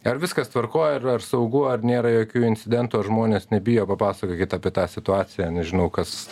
ar viskas tvarkoj ar ar saugu ar nėra jokių incidentų žmonės nebijo papasakokit apie tą situaciją nežinau kas